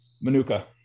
Manuka